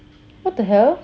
what the hell